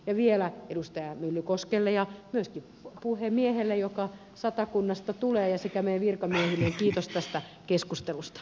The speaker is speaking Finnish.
ja vielä edustaja myllykoskelle ja myöskin puhemiehelle joka satakunnasta tulee sekä meidän virkamiehille kiitos tästä keskustelusta